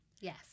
Yes